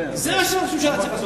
זה מה שראש ממשלה צריך לעשות,